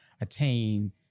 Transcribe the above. attain